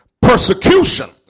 persecution